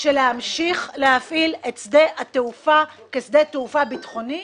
של להמשיך להפעיל את שדה התעופה כשדה תעופה ביטחוני,